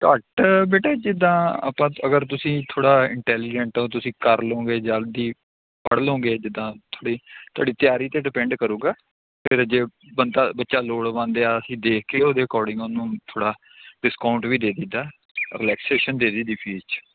ਘੱਟ ਬੇਟੇ ਜਿੱਦਾਂ ਆਪਾਂ ਅਗਰ ਤੁਸੀਂ ਥੋੜ੍ਹਾ ਇਟੈਲੀਜੈਂਟ ਹੋ ਤੁਸੀਂ ਕਰ ਲਉਗੇ ਜਲਦੀ ਪੜ੍ਹ ਲਉਗੇ ਜਿੱਦਾਂ ਥੋੜ੍ਹੀ ਤੁਹਾਡੀ ਤਿਆਰੀ 'ਤੇ ਡਿਪੈਂਡ ਕਰੇਗਾ ਫਿਰ ਜੇ ਬੰਦਾ ਬੱਚਾ ਲੋੜਵੰਦ ਆ ਅਸੀਂ ਦੇਖ ਕੇ ਉਹਦੇ ਅਕੋਰਡਿੰਗ ਉਹਨੂੰ ਥੋੜ੍ਹਾ ਡਿਸਕਾਊਂਟ ਵੀ ਦੇ ਦਈ ਦਾ ਰਿਲੈਕਸੇਸ਼ਨ ਦੇ ਦਈ ਦੀ ਫੀਸ 'ਚ